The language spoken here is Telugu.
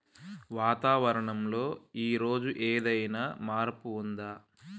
వాతావరణం లో ఈ రోజు ఏదైనా మార్పు ఉందా?